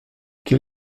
quel